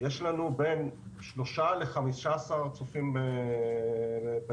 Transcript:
יש לנו בין שלושה ל-15 צופים בדיגיטל.